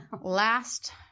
Last